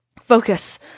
focus